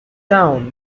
town